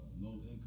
low-income